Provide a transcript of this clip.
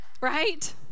right